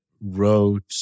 wrote